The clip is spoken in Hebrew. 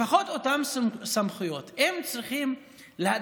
לפחות את אותן סמכויות הם צריכים להדגיש,